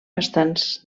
bastants